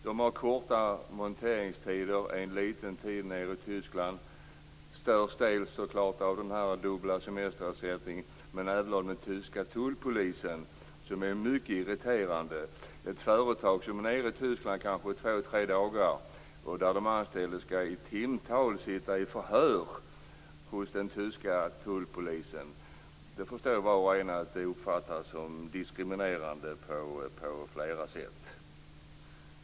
De har korta monteringstider och har folk under en kort tid i Tyskland. Man störs av den dubbla semesterersättningen och även av den tyska tullpolisen, som är mycket irriterande. Folk från ett svenskt företag kan vara kanske två eller tre dagar i Tyskland. De anställda får då i timtal sitta i förhör hos den tyska tullpolisen. Var och en förstår att det kan uppfattas som diskriminerande på flera sätt.